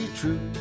true